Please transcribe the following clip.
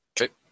Okay